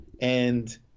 And-